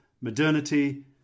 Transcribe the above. modernity